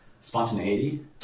spontaneity